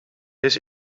his